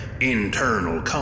internal